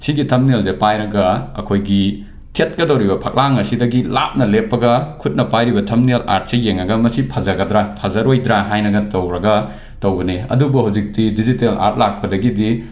ꯁꯤꯒꯤ ꯊꯃꯅꯦꯜꯁꯦ ꯄꯥꯏꯔꯒ ꯑꯩꯈꯣꯏꯒꯤ ꯊꯦꯠꯀꯗꯧꯔꯤꯕ ꯐꯛꯂꯥꯡ ꯑꯁꯤꯗꯒꯤ ꯂꯥꯞꯅ ꯂꯦꯞꯄꯒ ꯈꯨꯠꯅ ꯄꯥꯏꯔꯤꯕ ꯊꯝꯅꯦꯜ ꯑꯥꯔꯠꯁꯤ ꯌꯦꯡꯂꯒ ꯃꯁꯤ ꯐꯖꯒꯗ꯭ꯔꯥ ꯐꯖꯔꯣꯏꯗ꯭ꯔꯥ ꯍꯥꯏꯅꯒ ꯇꯧꯔꯒ ꯇꯧꯕꯅꯤ ꯑꯗꯨꯕꯨ ꯍꯧꯖꯤꯛꯇꯤ ꯗꯤꯖꯤꯇꯦꯜ ꯑꯥꯔꯠ ꯂꯥꯛꯄꯗꯒꯤꯗꯤ